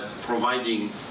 providing